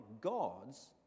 gods